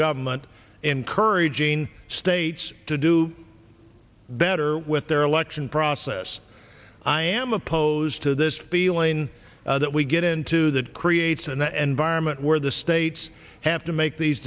government encouraging states to do better with their election process i am opposed to this feeling that we get into that creates in the end vironment where the states have to make these